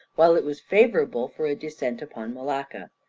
while it was favourable for a descent upon malacca.